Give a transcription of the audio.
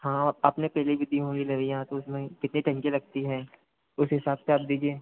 हाँ आपने पहले भी दी होंगी दवइयाँ तो उसमें कितने टन की लगती है उस हिसाब से आप दीजिए